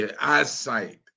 eyesight